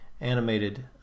animated